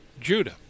Judah